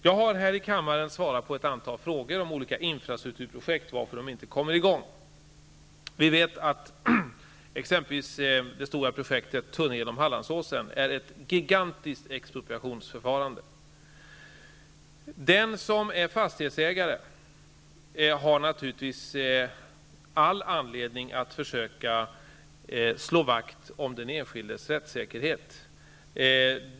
I denna kammare har jag besvarat ett antal frågor om olika infrastrukturprojekt och anledningen till att de inte kommer i gång. Vi vet att t.ex. tunneln genom Hallandsåsen innebär ett gigantiskt expropriationsförfarande. Den som är fastighetsägare har naturligtvis all anledning att försöka slå vakt om den enskildes rättssäkerhet.